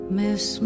miss